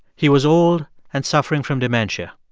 he was old and suffering from dementia.